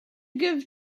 give